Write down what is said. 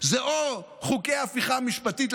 זה או חוקי ההפיכה המשפטית,